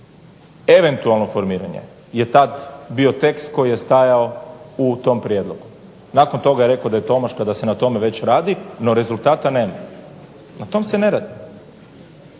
Eventualno formiranje je tad bio tekst koji je stajao u tom prijedlogu. Nakon toga je rekao da je to omaška, da se na tome već radi, no rezultata nema. Na tom se ne radi!